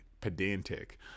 pedantic